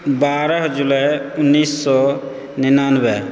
बारह जुलाइ उन्नैस सए निनानबे